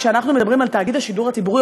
כשאנחנו מדברים על תאגיד השידור הציבורי,